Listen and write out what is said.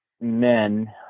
men